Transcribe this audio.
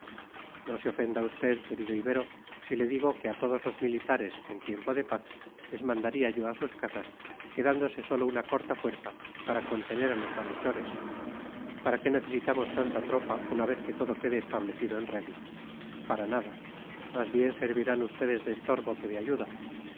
no se ofenda usted querido ibero si le digo que a todos los militares en tiempo de paz les mandaría yo a sus casas quedándose sólo una corta fuerza para contener a los malhechores para qué necesitamos tanta tropa una vez que todo quede establecido en regla para nada más bien servirán ustedes de estorbo que de ayuda